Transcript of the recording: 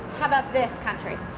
how about this country?